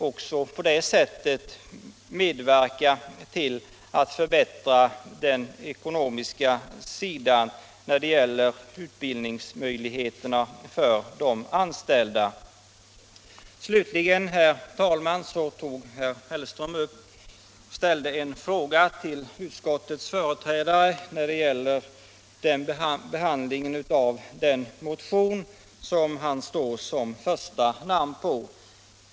Också på det sättet medverkar man till att förbättra utbildningsmöjligheterna för de anställda. Herr Hellström ställde en fråga till utskottets företrädare om behandlingen av den motion som han står som första namn på.